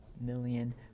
million